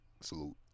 salute